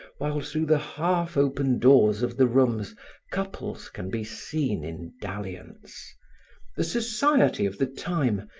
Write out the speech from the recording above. while through the half-open doors of the rooms couples can be seen in dalliance the society of the time,